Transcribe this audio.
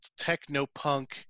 technopunk